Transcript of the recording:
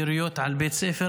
יריות על בית ספר.